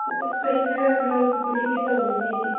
ꯄꯣꯠ ꯆꯩ ꯈꯔ ꯂꯩꯒꯦ ꯇꯧꯕꯅꯤ